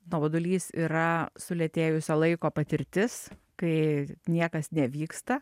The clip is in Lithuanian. nuobodulys yra sulėtėjusio laiko patirtis kai niekas nevyksta